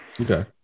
Okay